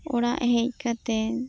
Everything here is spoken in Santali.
ᱚᱲᱟᱜ ᱦᱮᱡ ᱠᱟᱛᱮᱫ